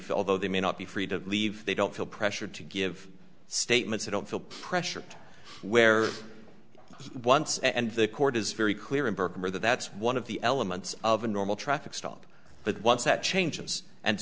fell though they may not be free to leave they don't feel pressured to give statements they don't feel pressured to wear it once and the court is very clear in her career that that's one of the elements of a normal traffic stop but once that changes and